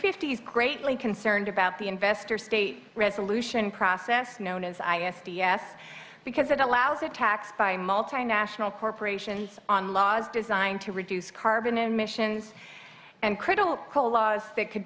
fifty's greatly concerned about the investor state resolution process known as i s t s because it allows attacks by multinational corporations on laws designed to reduce carbon emissions and critical coal laws that c